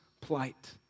plight